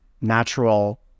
natural